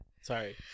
Sorry